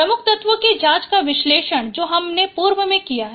प्रमुख तत्वों के जाँच का विश्लेष्ण जो हमने पूर्व में किया है